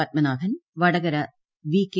Padmanabhan Vadakara V K